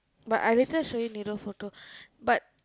but I later show you Niru photo but